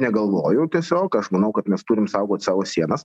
negalvojau tiesiog aš manau kad mes turim saugot savo sienas